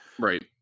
Right